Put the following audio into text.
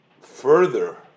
further